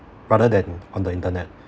rather than on the internet